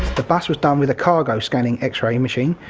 the bus was done with a cargo-scanning x-ray machine,